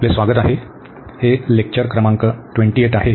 आपले स्वागत आहे हे लेक्चर क्रमांक 28 आहे